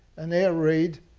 an air raid,